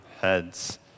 heads